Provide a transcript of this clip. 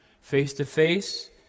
Face-to-face